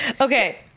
Okay